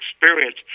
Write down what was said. experience